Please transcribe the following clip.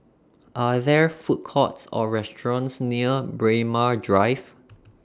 Are There Food Courts Or restaurants near Braemar Drive